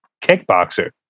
Kickboxer